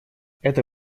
это